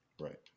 Right